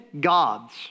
gods